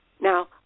now